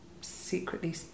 secretly